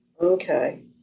Okay